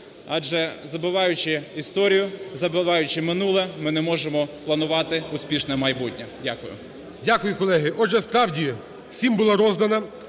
адже забуваючи історію, забуваючи минуле, ми не можемо планувати успішне майбутнє. Дякую. ГОЛОВУЮЧИЙ. Дякую, колеги. Отже, справді всім було роздано